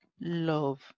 love